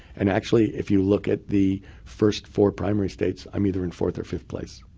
and actually, if you look at the first four primary states, i'm either in fourth or fifth place.